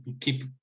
keep